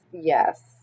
yes